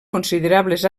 considerables